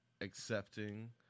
accepting